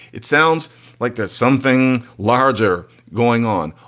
it sounds like there's something larger going on.